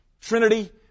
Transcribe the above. Trinity